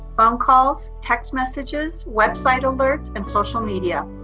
phone calls, text messages, website alerts and social media.